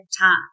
time